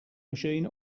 machine